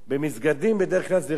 כי מסגדים בדרך כלל זה רק מסגדים,